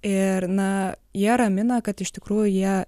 ir na jie ramina kad iš tikrųjų jie